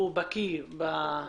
תודה רבה.